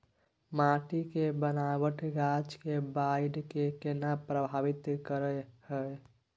माटी के बनावट गाछ के बाइढ़ के केना प्रभावित करय हय?